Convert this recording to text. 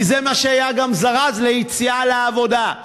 כי זה מה שהיה גם זרז ליציאה לעבודה,